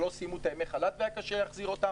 או שלא סיימו את ימי החל"ת והיה קשה להחזיר אותם.